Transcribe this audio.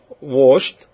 washed